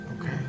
Okay